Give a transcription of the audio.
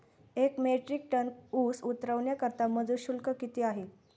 एक metric tonne ऊस उतरवण्याकरता मजूर शुल्क किती आहे?